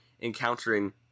encountering